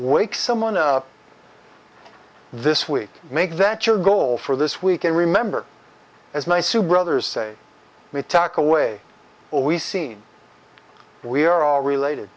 wake someone up this week make that your goal for this week and remember as my soup brothers say we tackle way we seen we are all related